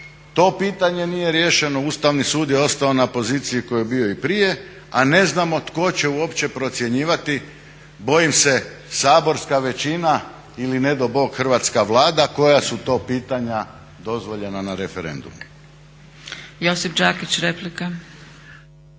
to pitanje nije riješeno. Ustavni sud je ostao na poziciji na kojoj je bio i prije, a ne znamo tko će uopće procjenjivati, bojim se saborska većina ili ne dao Bog Hrvatska vlada koja su to pitanja dozvoljena na referendumu. **Zgrebec, Dragica